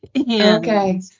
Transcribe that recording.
Okay